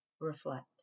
Reflect